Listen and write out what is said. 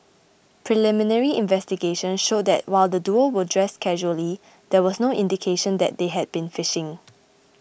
preliminary investigations showed that while the duo were dressed casually there was no indication that they had been fishing